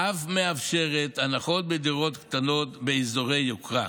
ואף מאפשרת הנחות בדירות קטנות באזורי יוקרה.